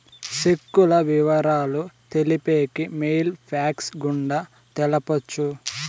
సెక్కుల ఇవరాలు తెలిపేకి మెయిల్ ఫ్యాక్స్ గుండా తెలపొచ్చు